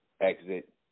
exit